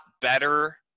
better